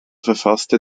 verfasste